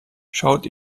schaut